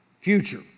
future